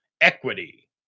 equity